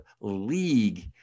league